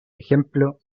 ejemplo